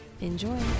enjoy